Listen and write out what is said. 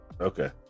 okay